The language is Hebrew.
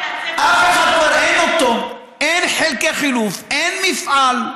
אין אותו, אין חלקי חילוף, אין מפעל.